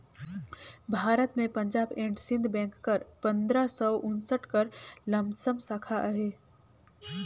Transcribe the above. भारत में Punjab and Sind bank कर पंदरा सव उन्सठ कर लमसम साखा अहे